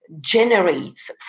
generates